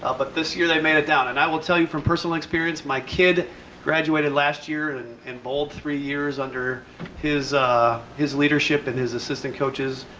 ah but this year, they made it down and i will tell you from personal experience, my kid graduated last year and and bowled three years under his his leadership and his assistant coaches,